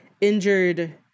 injured